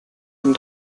dem